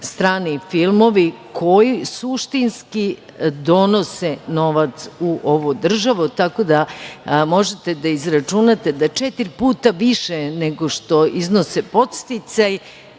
strani filmovi koji suštinski donose novac u ovu državu. Tako da možete da izračunate da četiri puta više nego što iznose podsticaji